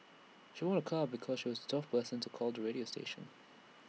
she won A car because she was the twelfth person to call the radio station